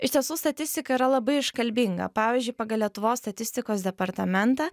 iš tiesų statistika yra labai iškalbinga pavyzdžiui pagal lietuvos statistikos departamentą